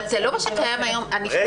אבל זה לא מה שקיים היום --- רגע,